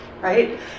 right